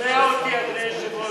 הוא שכנע אותי, אדוני היושב-ראש.